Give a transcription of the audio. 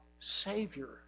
Savior